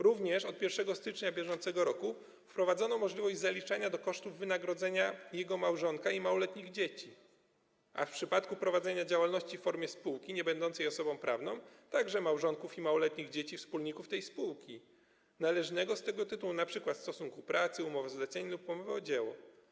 Również od 1 stycznia br. wprowadzono możliwość zaliczania do kosztów wynagrodzenia małżonka i małoletnich dzieci, a w przypadku prowadzenia działalności w formie spółki niebędącej osobą prawną - także małżonków i małoletnich dzieci wspólników tej spółki, należnego z tytułu np. stosunku pracy, umowy zlecenia lub umowy o dzieło.